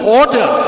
order